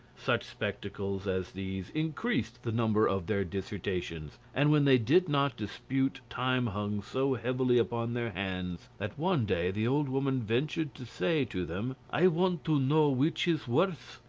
such spectacles as these increased the number of their dissertations and when they did not dispute time hung so heavily upon their hands, that one day the old woman ventured to say to them i want to know which is worse,